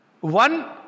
One